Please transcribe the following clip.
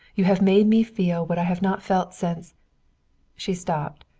you have made me feel what i have not felt since she stopped.